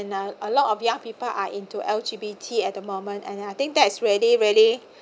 uh a lot of young people are into L_G_B_T at the moment and I think that's really really